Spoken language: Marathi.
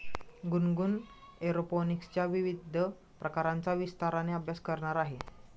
गुनगुन एरोपोनिक्सच्या विविध प्रकारांचा विस्ताराने अभ्यास करणार आहे